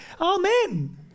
amen